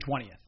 20th